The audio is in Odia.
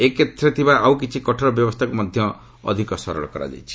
ଏ କ୍ଷେତ୍ରରେ ଥିବା ଆଉ କିଛି କଠୋର ବ୍ୟବସ୍ଥାକୁ ମଧ୍ୟ ଅଧିକ ସରଳ କରାଯାଇଛି